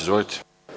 Izvolite.